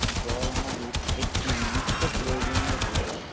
জল আমাদের একটি নিত্য প্রয়োজনীয় জিনিস